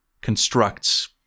constructs